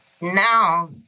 now